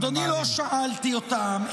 אדוני, לא שאלתי אותם.